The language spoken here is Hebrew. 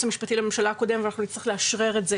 המשפטי לממשלה הקודם ואנחנו נצטרך לאשרר את זה